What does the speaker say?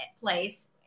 place